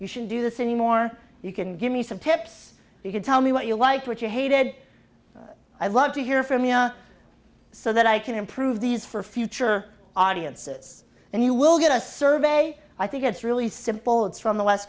you should do this anymore you can give me some tips you could tell me what you like what you hated i love to hear from you so that i can improve these for future audiences and you will get a survey i think it's really simple it's from the west